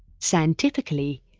scientifically,